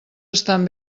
estan